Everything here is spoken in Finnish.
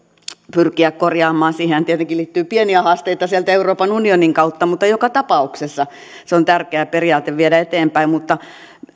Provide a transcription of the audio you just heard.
pyrkiä korjaamaan siihen tietenkin liittyy pieniä haasteita sieltä euroopan unionin kautta mutta joka tapauksessa se on tärkeä periaate viedä eteenpäin mutta